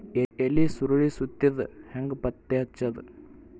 ಎಲಿ ಸುರಳಿ ಸುತ್ತಿದ್ ಹೆಂಗ್ ಪತ್ತೆ ಹಚ್ಚದ?